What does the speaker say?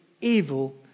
evil